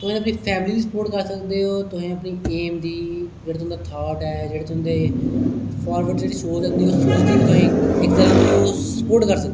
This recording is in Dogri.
तुसें अपनी फैमली गी स्पोर्ट करी सकदे ओ तुस अपनी ऐम दी जेहड़ी तुंदा थाट ऐ जेहडे़ तुंदे फारवर्ड जेहड़ा सोच अपनी स्पोर्ट कर सकदे हो